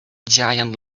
giant